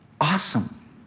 awesome